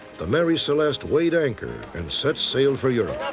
the mary celeste weighed anchor and set sail for europe.